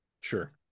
sure